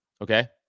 Okay